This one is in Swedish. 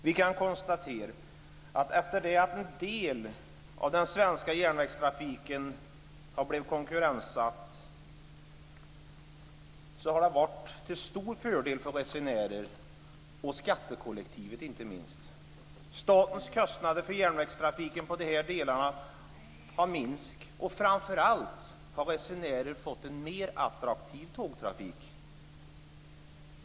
Vi kan konstatera sedan en del av den svenska järnvägstrafiken blivit konkurrensutsatt att detta har varit till stor fördel för resenärer, och inte minst för skattekollektivet. Statens kostnader för järnvägstrafiken i de här delarna har minskat, och framför allt har resenärerna fått en mer attraktiv tågtrafik.